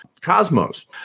Cosmos